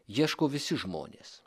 ieško visi žmonės